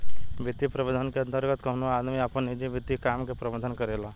वित्तीय प्रबंधन के अंतर्गत कवनो आदमी आपन निजी वित्तीय काम के प्रबंधन करेला